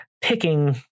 picking